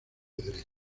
derechos